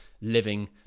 living